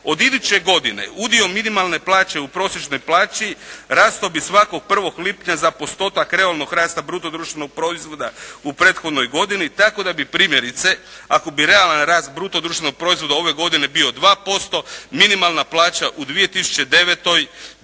Od iduće godine udio minimalne plaće u prosječnoj plaći rastao bi svakog 1. lipnja za postotak realnog rasta bruto društvenog proizvoda u prethodnoj godini tako da bi, primjerice ako bi realan rast bruto društvenog proizvoda ove godine bio 2%, minimalna plaća u 2009. bila